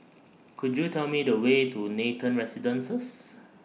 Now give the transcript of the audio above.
Could YOU Tell Me The Way to Nathan Residences